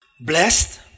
Blessed